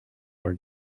are